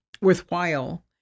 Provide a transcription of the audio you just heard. worthwhile